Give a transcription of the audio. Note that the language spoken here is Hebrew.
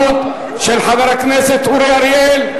של חבר הכנסת אורי אריאל,